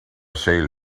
sale